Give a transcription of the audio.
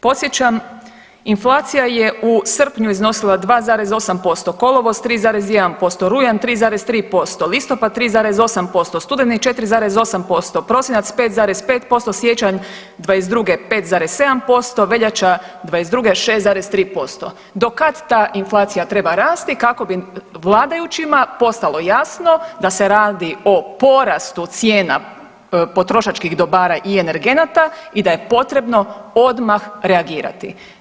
Podsjećam, inflacija je u srpnju iznosila 2,8%, kolovoz 3,1%, rujan 3,3%, listopad 3,8%, studeni 4,8%, prosinac 5,5%, siječanj '22. 5,7%, veljača '22. 6,3%, do kad ta inflacija treba rasti kako bi vladajućima postalo jasno da se radi o porastu cijena potrošačkih dobara i energenata i da je potrebno odmah reagirati.